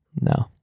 No